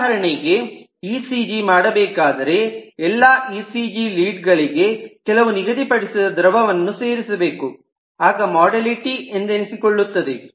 ಉದಾಹರಣೆಗೆ E C G ಮಾಡಬೇಕಾದರೆ ಎಲ್ಲ ಈ ಸಿ ಜಿ ಲೀಡ್ ಗಳಿಗೆ ಕೆಲವು ನಿಗಧಿಪಡಿಸಿದ ದ್ರವವನ್ನು ಸೇರಿಸಬೇಕು ಆಗ ಮೊಡೆಲಿಟಿ ಎಂದೆನಿಸಿಕೊಳ್ಳುತ್ತದೆ